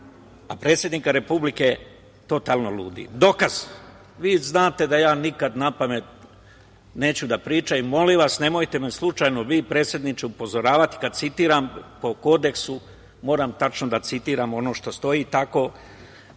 a predsednika Republike totalno ludim. Dokaz, vi znate da ja nikad napamet neću da pričam i molim vas nemojte me slučajno vi predsedniče upozoravati kada citiram, po kodeksu moram tačno da citiram ono što stoji. Vi to